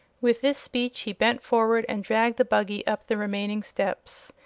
with this speech he bent forward and dragged the buggy up the remaining steps.